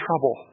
trouble